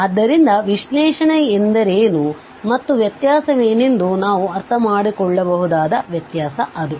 ಆದ್ದರಿಂದ ವಿಶ್ಲೇಷಣೆ ಎಂದರೇನು ಮತ್ತು ವ್ಯತ್ಯಾಸವೇನೆಂದು ನಾವು ಅರ್ಥಮಾಡಿಕೊಳ್ಳಬಹುದಾದ ವ್ಯತ್ಯಾಸ ಅದು